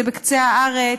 זה בקצה הארץ.